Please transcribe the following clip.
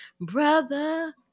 brother